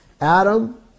Adam